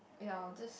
ya I will just